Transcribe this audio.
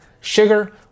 sugar